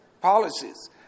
policies